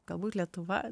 galbūt lietuva